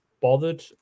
bothered